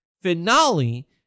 Finale